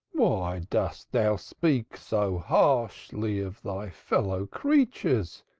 why dost thou speak so harshly of thy fellow-creatures?